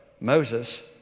Moses